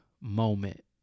moment